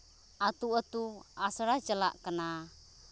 ᱟᱹᱛᱩ ᱟᱹᱛᱩ ᱟᱥᱲᱟ ᱪᱟᱞᱟᱜ ᱠᱟᱱᱟ